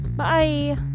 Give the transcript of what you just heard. Bye